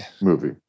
movie